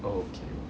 oh okay